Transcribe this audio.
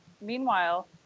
meanwhile